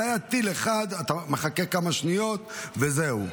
זה היה טיל אחד, אתה מחכה כמה שניות, וזהו.